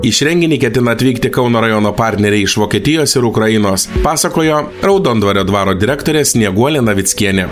į šį renginį ketina atvykti kauno rajono partneriai iš vokietijos ir ukrainos pasakojo raudondvario dvaro direktorė snieguolė navickienė